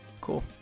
Cool